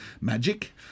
magic